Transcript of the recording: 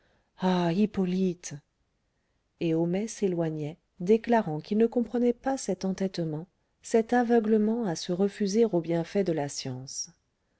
hippolyte et homais s'éloignait déclarant qu'il ne comprenait pas cet entêtement cet aveuglement à se refuser aux bienfaits de la science